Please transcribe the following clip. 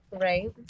Right